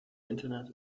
internet